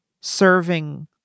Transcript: serving